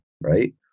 right